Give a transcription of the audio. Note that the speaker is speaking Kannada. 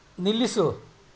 ನಿಲ್ಲಿಸು